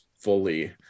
fully